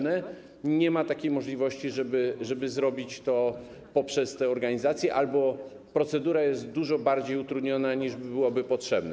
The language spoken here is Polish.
Nie ma takiej możliwości, żeby zrobić to poprzez te organizacje, albo procedura jest dużo bardziej utrudniona, niż to potrzebne.